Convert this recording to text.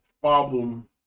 problem